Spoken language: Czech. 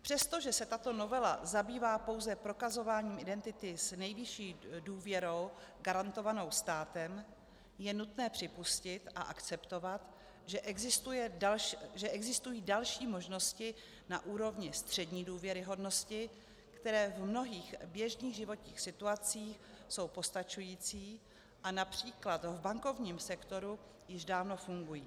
Přestože se tato novela zabývá pouze prokazováním identity s nejvyšší důvěrou garantovanou státem, je nutné připustit a akceptovat, že existují další možnosti na úrovni střední důvěryhodnosti, které v mnohých běžných životních situacích jsou postačující a například v bankovním sektoru již dávno fungují.